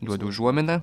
duodu užuominą